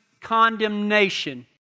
condemnation